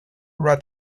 rat